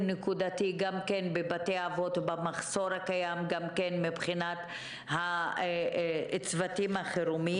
נקודתי גם בבתי אבות במחסור הקיים וגם מבחינת צוותי החירום.